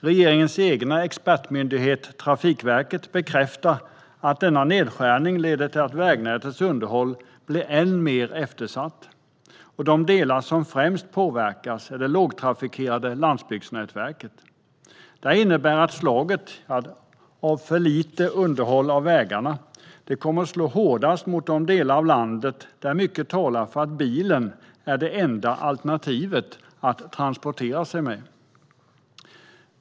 Regeringens egen expertmyndighet, Trafikverket, bekräftar att denna nedskärning leder till att vägnätets underhåll blir än mer eftersatt. De delar som främst påverkas är de som ingår i det lågtrafikerade landsbygdsnätverket. Detta innebär att bristen på underhåll av vägarna kommer att slå hårdast mot de delar av landet där mycket talar för att bilen är det enda alternativet att transportera sig med.